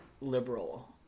liberal